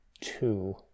two